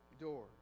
door